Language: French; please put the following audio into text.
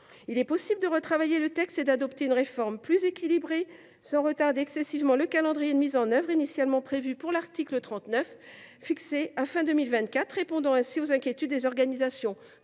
Il est possible de retravailler le texte et d’adopter une réforme plus équilibrée sans retarder excessivement le calendrier de mise en œuvre initialement prévu pour l’article 39, fixé à fin 2024, ce qui permettra de répondre ainsi aux inquiétudes des organisations